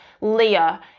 Leah